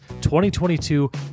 2022